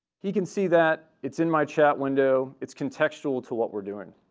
he can see that it's in my chat window, it's contexual to what we're doing.